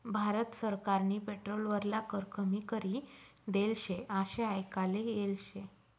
भारत सरकारनी पेट्रोल वरला कर कमी करी देल शे आशे आयकाले येल शे